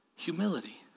Humility